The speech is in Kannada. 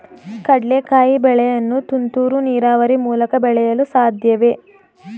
ಕಡ್ಲೆಕಾಯಿ ಬೆಳೆಯನ್ನು ತುಂತುರು ನೀರಾವರಿ ಮೂಲಕ ಬೆಳೆಯಲು ಸಾಧ್ಯವೇ?